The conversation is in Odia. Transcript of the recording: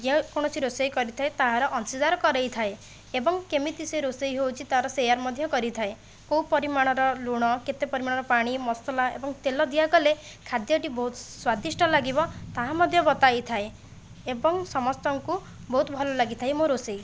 ଯେ କୌଣସି ରୋଷେଇ କରିଥାଏ ତାହାର ଅଂଶିଦାର କରାଇଥାଏ ଏବଂ କେମିତି ସେ ରୋଷେଇ ହେଉଛି ତା'ର ସେୟାର ମଧ୍ୟ କରିଥାଏ କେଉଁ ପରିମାଣର ଲୁଣ କେତେ ପରିମାଣର ପାଣି ମସଲା ଏବଂ ତେଲ ଦିଆଗଲେ ଖାଦ୍ୟଟି ବହୁତ ସ୍ୱାଦିଷ୍ଟ ଲାଗିବ ତାହା ମଧ୍ୟ ବତାଇ ଥାଏ ଏବଂ ସମସ୍ତଙ୍କୁ ବହୁତ ଭଲ ଲାଗିଥାଏ ମୋ' ରୋଷେଇ